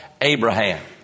Abraham